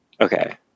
Okay